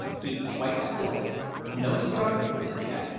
keep quite still no struggling, said jack,